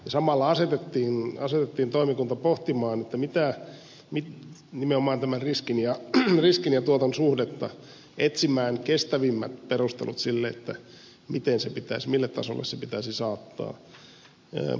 samalla asetettiin toimikunta pohtimaan nimenomaan tämän riskin ja tuoton suhdetta etsimään kestävimmät perustelut sille mille tasolle se pitäisi saattaa